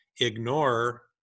ignore